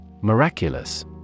Miraculous